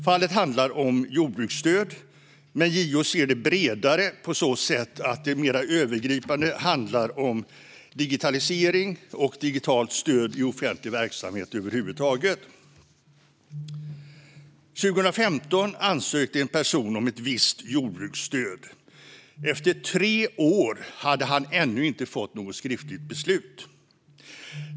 Fallet handlar om jordbruksstöd, men JO ser det bredare på så sätt att det mer övergripande handlar om digitalisering och digitalt stöd i offentlig verksamhet över huvud taget. År 2015 ansökte en person om ett visst jordbruksstöd. Efter tre år hade han ännu inte fått något skriftligt beslut.